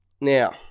now